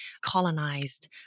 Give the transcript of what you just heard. colonized